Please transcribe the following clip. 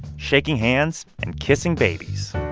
shaking hands and kissing babies